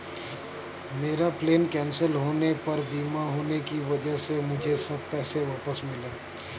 मेरा plane cancel होने पर बीमा होने की वजह से मुझे सब पैसे वापस मिले